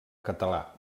català